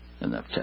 enough